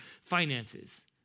finances